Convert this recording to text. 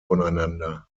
voneinander